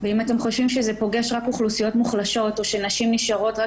אם אתם חושבים שזה פוגש רק אוכלוסיות מוחלשות או שנשים נשארות רק